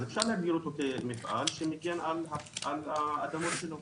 אז אפשר להגדיר אותו כמפעל שמגן על האדמות שלו.